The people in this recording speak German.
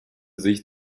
sich